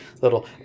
little